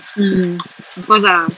mm of course lah